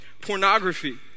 pornography